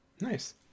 Nice